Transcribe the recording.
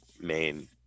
main